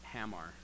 Hamar